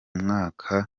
mwaka